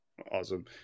Awesome